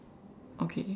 okay